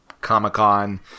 Comic-Con